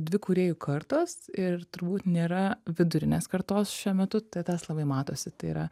dvi kūrėjų kartos ir turbūt nėra vidurinės kartos šiuo metu tai tas labai matosi tai yra